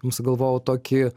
jum sugalvojau tokį